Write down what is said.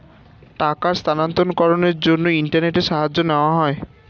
টাকার স্থানান্তরকরণের জন্য ইন্টারনেটের সাহায্য নেওয়া হয়